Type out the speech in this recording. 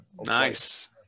nice